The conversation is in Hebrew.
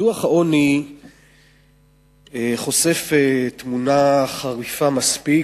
דוח העוני חושף תמונה חריפה מספיק,